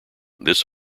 this